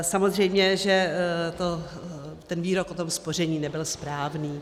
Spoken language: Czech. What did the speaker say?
Samozřejmě že ten výrok o tom spoření nebyl správný.